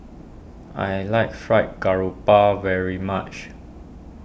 I like Fried Grouper very much